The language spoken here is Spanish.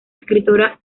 escritora